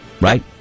right